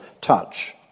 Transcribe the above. touch